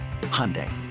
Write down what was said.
Hyundai